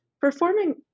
performing